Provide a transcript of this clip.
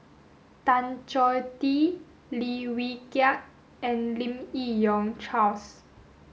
Tan Choh Tee Lim Wee Kiak and Lim Yi Yong Charles